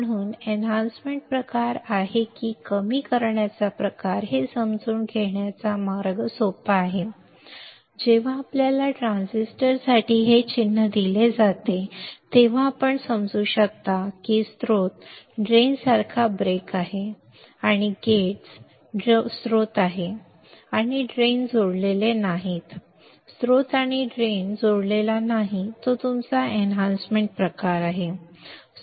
म्हणून एनहॅन्समेंट प्रकार आहे की कमी करण्याचा प्रकार आहे हे समजून घेण्याचा सोपा मार्ग आहे जेव्हा आपल्याला ट्रान्झिस्टरसाठी हे चिन्ह दिले जाते तेव्हा आपण समजू शकता की स्त्रोत ड्रेन सारखा ब्रेक आहे आणि गेट्स स्त्रोत आहेत आणि ड्रेन जोडलेले नाहीत स्त्रोत आणि ड्रेन जोडलेला नाही तो तुमचा एनहॅन्समेंट प्रकार आहे